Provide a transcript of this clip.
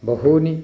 बहूनि